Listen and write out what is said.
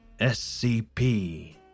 SCP